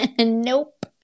Nope